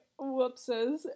whoopses